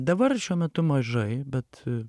dabar šiuo metu mažai bet